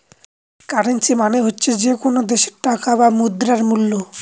currency মানে হচ্ছে যে কোনো দেশের টাকা বা মুদ্রার মুল্য